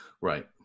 Right